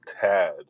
tad